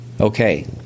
Okay